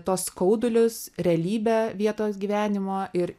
tuos skaudulius realybę vietos gyvenimo ir